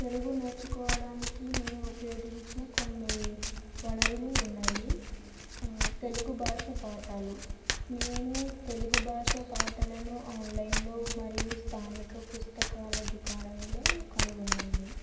తెలుగు నేర్చుకోవడానికి నేను ఉపయోగించిన కొన్ని వనరులు ఉన్నాయి తెలుగు భాష పాఠాలు నేను తెలుగు భాష పాఠాలను ఆన్లైన్లో మరియు స్థానిక పుస్తకాల దుకాణంలో కనుగొన్నాను